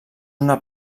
una